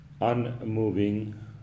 unmoving